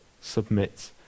submit